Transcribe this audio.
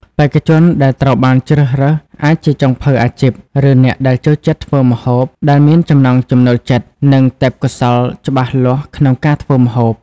បេក្ខជនដែលត្រូវបានជ្រើសរើស អាចជាចុងភៅអាជីព ឬអ្នកដែលចូលចិត្តធ្វើម្ហូប ដែលមានចំណង់ចំណូលចិត្ត និងទេពកោសល្យច្បាស់លាស់ក្នុងការធ្វើម្ហូប។